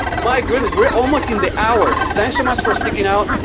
my goodness, we're almost in the hour. thanks so much for sticking out.